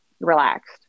relaxed